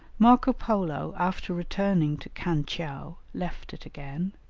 marco polo after returning to khan-tcheou left it again,